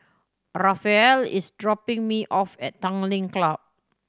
Raphael is dropping me off at Tanglin Club